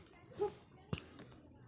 पहाड़ी तोर का उन्नत बीज कौन सा है?